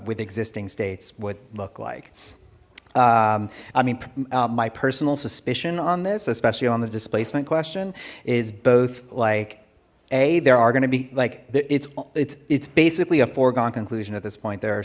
with existing states would look like i mean my personal suspicion on this especially on the displacement question is both like hey there are gonna be like it's it's it's basically a foregone conclusion at this point there are